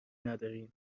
نداریم